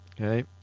Okay